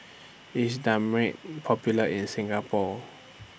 IS Dermale Popular in Singapore